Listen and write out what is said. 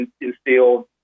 instilled